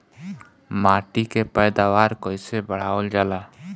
माटी के पैदावार कईसे बढ़ावल जाला?